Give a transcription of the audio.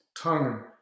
tongue